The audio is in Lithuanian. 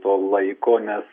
to laiko nes